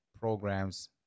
programs